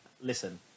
listen